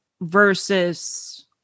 versus